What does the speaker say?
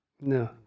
No